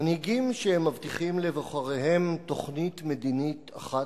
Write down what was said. מנהיגים שמבטיחים לבוחריהם תוכנית מדינית אחת,